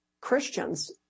Christians